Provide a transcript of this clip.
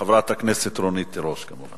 2011, של חברת הכנסת רונית תירוש, כמובן.